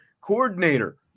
coordinator